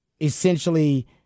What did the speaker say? essentially